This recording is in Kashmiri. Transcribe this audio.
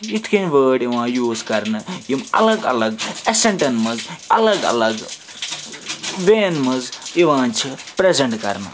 یِتھ کٔنۍ وٲرڈ یِوان یوٗز کَرنہٕ یِم الگ الگ ایٚسیٚنٹَن منٛز الگ الگ ویٚیَن منٛز یِوان چھِ پرٛیٚزنٛٹ کَرنہٕ